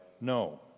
No